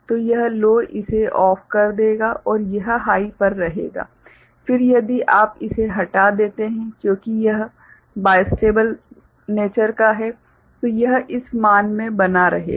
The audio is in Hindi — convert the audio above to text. तो यह लो इसे बंद कर देगा और यह हाइ पर रहेगा फिर यदि आप इसे हटा देते हैं क्योंकि यह बाइस्टेबल प्रकृति का है तो यह इस मान में बना रहेगा